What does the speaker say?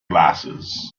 glasses